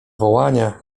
wołania